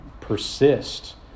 persist